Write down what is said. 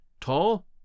tall